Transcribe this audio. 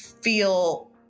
feel